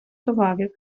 товарів